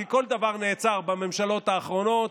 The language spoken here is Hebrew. כי כל דבר נעצר בממשלות האחרונות,